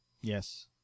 Yes